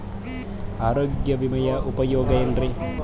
ಆರೋಗ್ಯ ವಿಮೆಯ ಉಪಯೋಗ ಏನ್ರೀ?